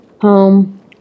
home